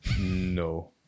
no